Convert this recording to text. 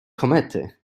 komety